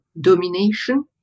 domination